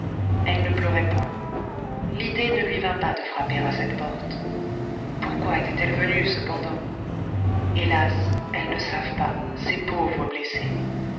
elle ne pleurait point l'idée ne lui vint pas de frapper à cette porte pourquoi était-elle venue cependant hélas elles ne savent pas ces pauvres blessées